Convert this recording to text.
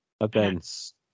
events